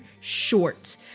Short